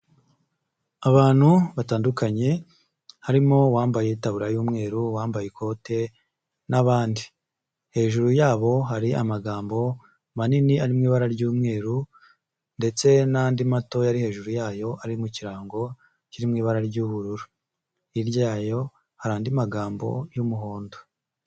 Abantu batandukanye, harimo uwambaye itaburiya y'umweru, uwambaye ikote n'abandi. Hejuru yabo, hari amagambo manini ari mu ibara ry'umweru ndetse n'andi matoya ari hejuru yayo ari mu kirango kiri mu ibara ry'ubururu. Hirya yayo, hari andi magambo y'umuhondo.